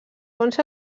fonts